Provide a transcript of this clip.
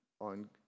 on